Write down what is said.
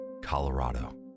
Colorado